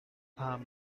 arm